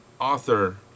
author